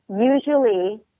usually